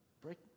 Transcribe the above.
Break